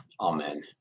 Amen